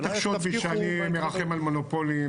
אל תחשוד בי שאני מרחם על מונופולים.